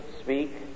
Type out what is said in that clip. speak